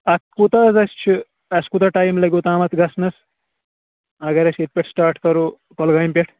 اَتھ کوٗتاہ حظ اَسہِ چھِ اَسہِ کوٗتاہ ٹایِم لَگہِ اوٚتام اَتھ گژھنَس اگر أسۍ ییٚتہِ پٮ۪ٹھ سِٹاٹ کَرَو کۄلگامہِ پٮ۪ٹھ